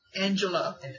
Angela